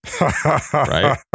right